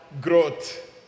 growth